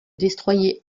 destroyer